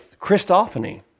Christophany